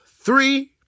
three